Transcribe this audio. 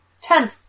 Ten